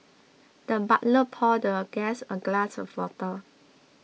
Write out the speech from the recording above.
the butler poured the guest a glass of water